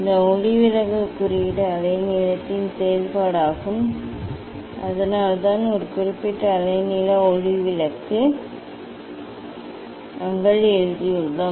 இந்த ஒளிவிலகல் குறியீடு அலைநீளத்தின் செயல்பாடாகும் அதனால்தான் ஒரு குறிப்பிட்ட அலைநீள ஒளிக்கு நாங்கள் எழுதியுள்ளோம்